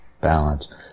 balance